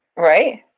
right?